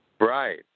Right